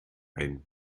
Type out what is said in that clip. ein